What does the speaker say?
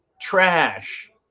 trash